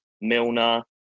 Milner